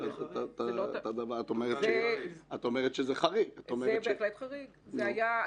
זה באמת חריג.